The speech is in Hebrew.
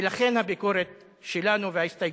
ולכן הביקורת שלנו וההסתייגות.